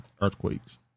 earthquakes